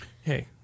Hey